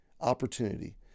opportunity